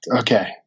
okay